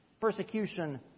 persecution